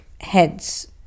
heads